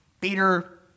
Peter